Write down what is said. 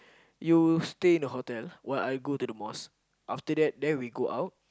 you stay in the hotel while I go to the mosque after that then we go out